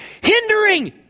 hindering